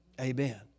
Amen